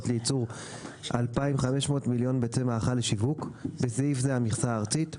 לייצור 2,500 מיליון ביצי מאכל לשיווק (בסעיף זה המכסה הארצית);